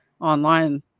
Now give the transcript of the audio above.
online